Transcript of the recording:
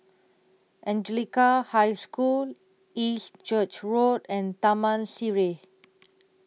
Anglican High School East Church Road and Taman Sireh